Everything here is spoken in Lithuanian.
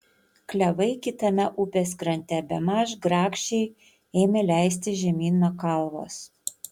klevai kitame upės krante bemaž grakščiai ėmė leistis žemyn nuo kalvos